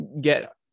get